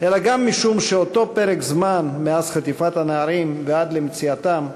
אלא גם משום שאותו פרק זמן מאז חטיפת הנערים ועד למציאתם,